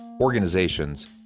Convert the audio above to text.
organizations